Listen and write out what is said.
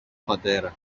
πατέρα